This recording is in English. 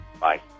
Bye